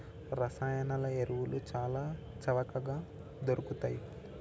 రసాయన ఎరువులు చాల చవకగ దొరుకుతయ్